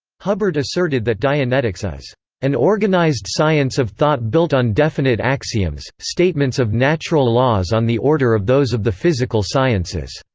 hubbard asserted that dianetics is an organized science of thought built on definite axioms statements of natural laws on the order of those of the physical sciences.